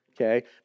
okay